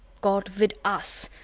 god with us,